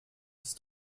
ist